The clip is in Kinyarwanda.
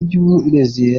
iby’uburezi